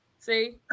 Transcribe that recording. See